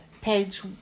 Page